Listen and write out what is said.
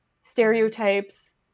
stereotypes